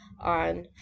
on